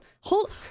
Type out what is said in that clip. hold